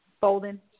Bolden